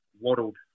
waddled